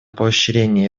поощрение